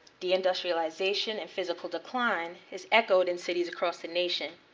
deindustrialization, and physical decline is echoed in cities across the nation,